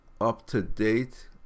up-to-date